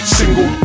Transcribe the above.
single